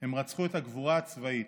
הם רצחו את הגבורה הצבאית,